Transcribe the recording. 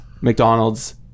McDonald's